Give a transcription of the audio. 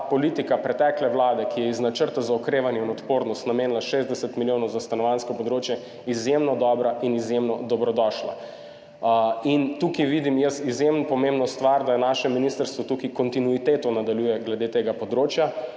politika pretekle vlade, ki je iz Načrta za okrevanje in odpornost namenila 60 milijonov za stanovanjsko področje, izjemno dobra in izjemno dobrodošla. In tukaj vidim jaz izjemno pomembno stvar, da naše ministrstvo tukaj nadaljuje kontinuiteto glede tega področja,